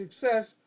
success